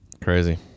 Crazy